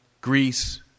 Greece